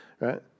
right